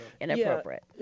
inappropriate